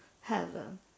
heaven